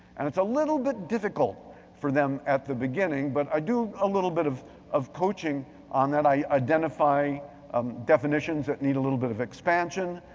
and it's a little bit difficult for them at the beginning, but i do a little bit of of coaching on that. i identify um definitions that need a little bit of expansion.